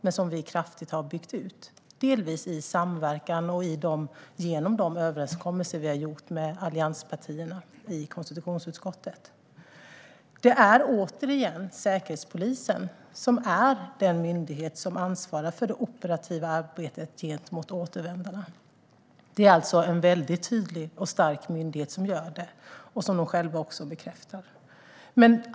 Den har vi byggt ut kraftigt, delvis i samverkan och genom de överenskommelser som vi har gjort med allianspartierna i konstitutionsutskottet. Återigen: Det är Säkerhetspolisen som är den myndighet som ansvarar för det operativa arbetet gentemot återvändarna. Det är en tydlig och stark myndighet som gör detta. Det bekräftar de själva.